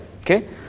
Okay